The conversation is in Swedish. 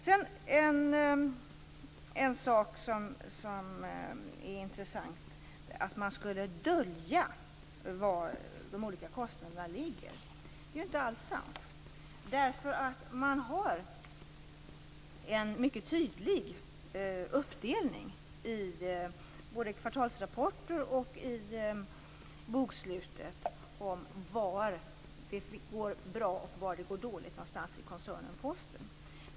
Det som sägs om att man skulle dölja var de olika kostnaderna ligger är intressant. Det är inte alls sant. Man har nämligen en mycket tydlig uppdelning i både kvartalsrapporter och bokslutet om var det går bra och var det går dåligt i koncernen Posten.